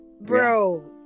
bro